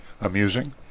amusing